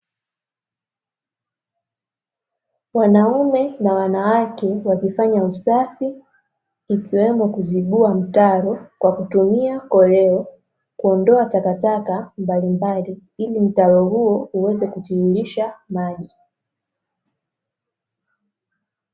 Wanaume na wanawake wakifanya usafi, ikiwemo kuzibua mtaro kwa kutumia koleo, kuondoa takataka mbalimbali, ili mtaro huo uweze kutiririsha maji.